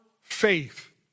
faith